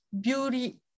beauty